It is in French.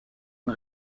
une